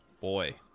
Boy